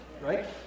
Right